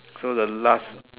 so the last